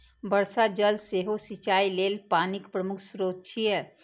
वर्षा जल सेहो सिंचाइ लेल पानिक प्रमुख स्रोत छियै